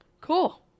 Cool